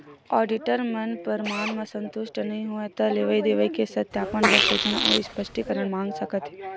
auditor मन परमान म संतुस्ट नइ होवय त लेवई देवई के सत्यापन बर सूचना अउ स्पस्टीकरन मांग सकत हे